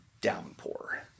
downpour